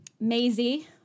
Maisie